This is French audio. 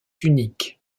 unique